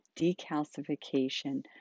decalcification